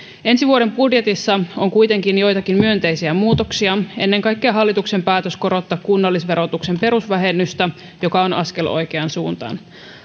ensi vuoden budjetissa on kuitenkin joitakin myönteisiä muutoksia ennen kaikkea hallituksen päätös korottaa kunnallisverotuksen perusvähennystä joka on askel oikeaan suuntaan